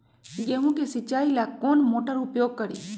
गेंहू के सिंचाई ला कौन मोटर उपयोग करी?